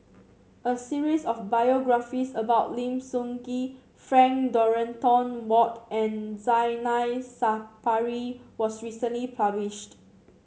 a series of biographies about Lim Sun Gee Frank Dorrington Ward and Zainal Sapari was recently published